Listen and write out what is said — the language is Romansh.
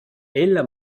ella